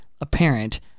apparent